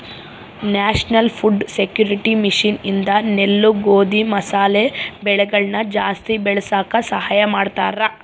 national food security mission ಇಂದ ನೆಲ್ಲು ಗೋಧಿ ಮಸಾಲೆ ಬೆಳೆಗಳನ ಜಾಸ್ತಿ ಬೆಳಸಾಕ ಸಹಾಯ ಮಾಡ್ತಾರ